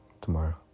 tomorrow